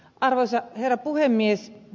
arvoisa herra puhemies